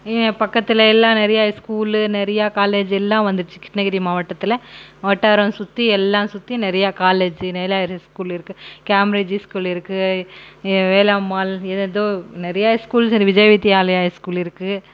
பக்கத்தில் எல்லாம் நிறையா ஸ்கூலு நிறையா காலேஜ் எல்லாம் வந்துடுச்சு கிருஷ்ணகிரி மாவட்டத்தில் வட்டாரம் சுற்றி எல்லாம் சுற்றி நிறையா காலேஜி நீலகிரி ஸ்கூல் இருக்குது கேம்ரெஜி ஸ்கூல் இருக்குது வேலம்மாள் ஏதெதோ நிறையா ஸ்கூல்ஸ் விஜய் வித்யாலயா ஸ்கூல் இருக்குது